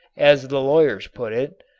as the lawyers put it.